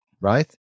Right